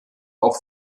auch